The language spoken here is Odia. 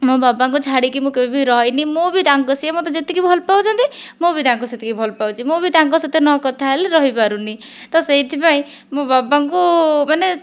ମୋ' ବାବାଙ୍କୁ ଛାଡ଼ିକି ମୁଁ କେବେବି ରହିନାହିଁ ମୁଁ ବି ତାଙ୍କ ସିଏ ମୋତେ ଯେତିକି ଭଲପାଉଛନ୍ତି ମୁଁ ବି ତାଙ୍କୁ ସେତିକି ଭଲପାଉଛି ମୁଁ ବି ତାଙ୍କ ସହିତ ନ କଥା ହେଲେ ରହିପାରୁ ନାହିଁ ତ ସେଥିପାଇଁ ମୋ' ବାବାଙ୍କୁ ମାନେ